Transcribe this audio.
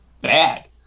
bad